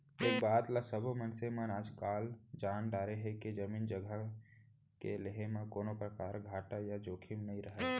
ए बात ल सब्बो मनसे मन आजकाल जान डारे हें के जमीन जघा के लेहे म कोनों परकार घाटा या जोखिम नइ रहय